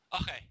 Okay